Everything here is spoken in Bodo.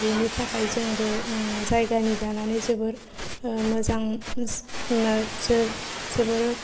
बेनि थाखाय जोंबो जायगानि जानानै जोबोर मोजां जोबोर